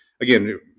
again